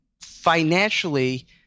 financially